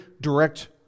direct